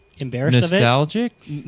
Nostalgic